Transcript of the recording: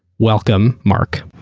welcome, mark.